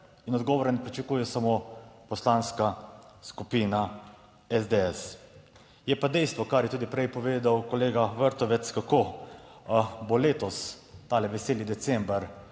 in odgovore ne pričakuje samo Poslanska skupina SDS. Je pa dejstvo, kar je tudi prej povedal kolega Vrtovec, kako bo letos ta veseli december